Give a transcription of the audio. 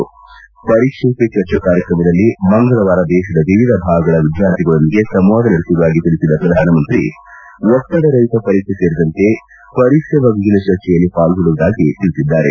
ಪರೀಕ್ಷಾ ಪೆ ಚರ್ಚಾ ಕಾರ್ಯಕ್ರಮದಲ್ಲಿ ಮಂಗಳವಾರ ದೇಶದ ವಿವಿಧ ಭಾಗಗಳ ವಿದ್ಯಾರ್ಥಿಗಳೊಂದಿಗೆ ಸಂವಾದ ನಡೆಸುವುದಾಗಿ ತಿಳಿಸಿದ ಪ್ರಧಾನಮಂತ್ರಿ ಒತ್ತಡರಹಿತ ಪರೀಕ್ಷೆ ಸೇರಿದಂತೆ ಪರೀಕ್ಷೆ ಬಗೆಗಿನ ಚರ್ಚೆಯಲ್ಲಿ ಪಾಲ್ಗೊಳ್ಳುವುದಾಗಿ ಅವರು ತಿಳಿಸಿದರು